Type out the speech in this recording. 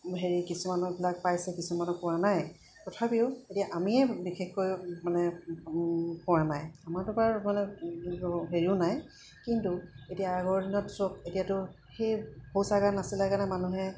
হেৰি কিছুমানে এইবিলাক পাইছে কিছুমানে পোৱা নাই তথাপিও এতিয়া আমিয়ে বিশেষকৈ মানে পোৱা নাই আমাৰতো বাৰু মানে হেৰিও নাই কিন্তু এতিয়া আগৰ দিনত চব এতিয়াতো সেই শৌচাগাৰ নাছিলে কাৰণে মানুহে